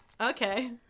Okay